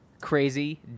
crazy